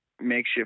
makeshift